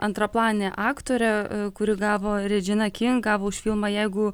antraplanė aktorė kuri gavo redžina king gavo už filmą jeigu